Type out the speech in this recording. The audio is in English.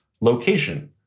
location